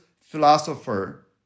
philosopher